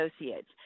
associates